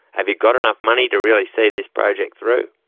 have you got enough money to really see this project through?